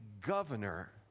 governor